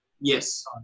yes